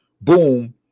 boom